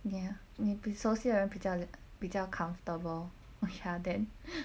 ya 你比熟悉的人比较比较 comfortable okay ah then